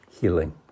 healing